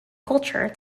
culture